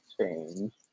change